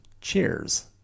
cheers